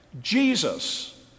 Jesus